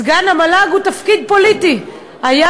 סגן יו"ר המל"ג, זהו תפקיד פוליטי.